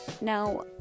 Now